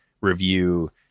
review